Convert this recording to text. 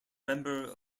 member